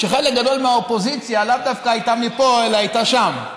שחלק גדול מהאופוזיציה לאו דווקא הייתה מפה אלא הייתה שם.